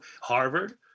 Harvard